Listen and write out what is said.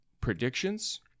predictions